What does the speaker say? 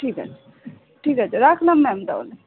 ঠিক আছে ঠিক আছে রাখলাম ম্যাম তাহলে